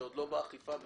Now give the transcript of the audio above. זה עוד לא באכיפה בכלל.